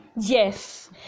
Yes